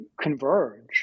converge